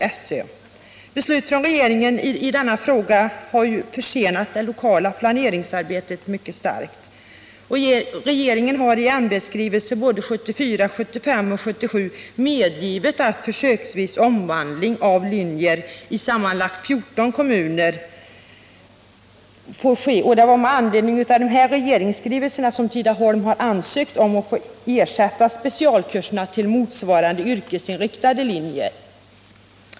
Dröjsmålet med besked från regeringen i denna fråga har försenat det lokala planeringsarbetet mycket starkt. Regeringen har i ämbetsskrivelser 1974, 1975 och 1977 medgivit försöksvis omvandling till linjer i sammanlagt 14 kommuner, och det är med anledning av dessa regeringsskrivelser som Tidaholm har ansökt om att få ersätta specialkurserna med motsvarande yrkesinriktade linjer.